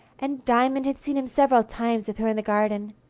and diamond had seen him several times with her in the garden.